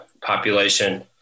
population